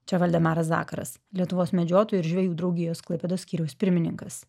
čia valdemaras zakaras lietuvos medžiotojų ir žvejų draugijos klaipėdos skyriaus pirmininkas